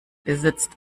besitzt